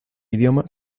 idioma